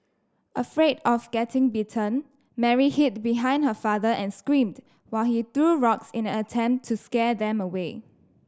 afraid of getting bitten Mary hid behind her father and screamed while he threw rocks in an attempt to scare them away